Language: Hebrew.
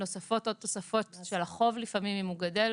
נוספות עוד תוספות של החוב לפעמים אם הוא גדל,